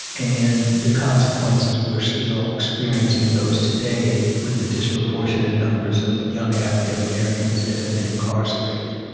and the consequences, we're still experiencing those today with the disproportionate numbers of young african americans that have been incarcerated.